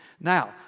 Now